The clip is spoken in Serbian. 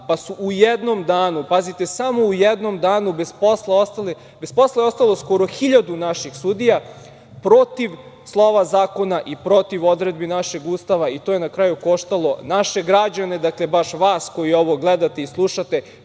pa je u jednom danu, pazite, samo u jednom danu, bez posla ostalo skoro hiljadu naših sudija protiv slova zakona i protiv odredbi našeg Ustava i to je na kraju koštalo naše građane, dakle, baš vas koji ovo gledate i slušate,